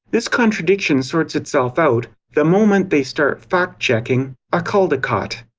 this contradiction sorts itself out, the moment they start fact-checking a caldicott.